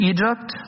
Egypt